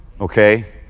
Okay